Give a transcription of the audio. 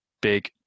Big